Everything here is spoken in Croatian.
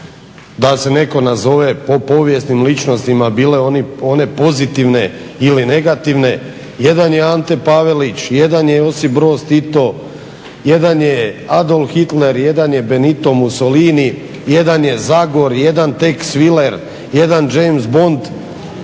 da se netko nazove po povijesnim ličnostima bile one pozitivne ili negativne. Jedan je Ante Pavelić, jedan je Josip Broz Tito, jedan je Adolf Hitler, jedan je Benito Mussolini, jedan je Zagor, jedan Tex Willer, jedan James Bond,